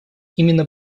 именно